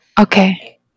Okay